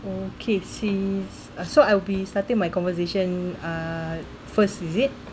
okay sees so I'll be starting my conversation uh first is it